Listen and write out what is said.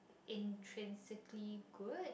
intrinsically good